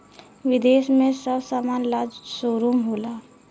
विदेश में सब समान ला शोरूम होला